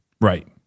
Right